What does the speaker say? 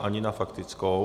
Ani na faktickou.